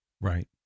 right